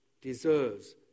deserves